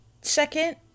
second